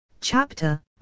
Chapter